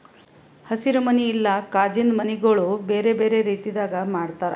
ಹಸಿರು ಮನಿ ಇಲ್ಲಾ ಕಾಜಿಂದು ಮನಿಗೊಳ್ ಬೇರೆ ಬೇರೆ ರೀತಿದಾಗ್ ಮಾಡ್ತಾರ